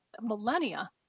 millennia